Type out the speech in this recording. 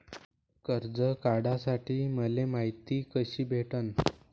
कर्ज काढासाठी मले मायती कशी भेटन?